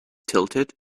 tilted